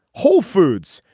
whole foods,